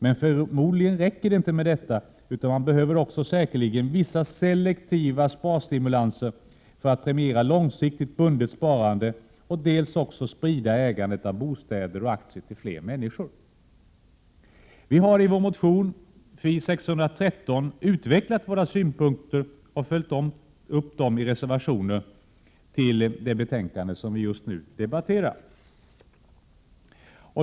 Men förmodligen räcker det inte med detta, utan man behöver också säkerligen vissa selektiva sparstimulanser för att premiera långsiktigt bundet sparande och även sprida ägandet av bostäder och aktier till fler människor. Vi har i vår motion Fi613 utvecklat våra synpunkter och följt upp dem i reservationer till det betänkande som vi just nu debatterar.